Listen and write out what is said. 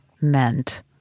meant